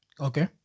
Okay